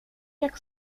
jak